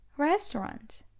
restaurant